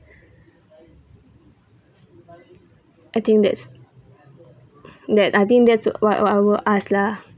I think that's that I think that's what I will ask lah